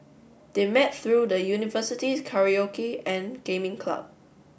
they met through the university's karaoke and gaming club